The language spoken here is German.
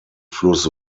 fluss